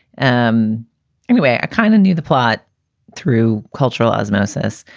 um anyway, i kind of knew the plot through cultural osmosis,